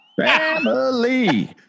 Family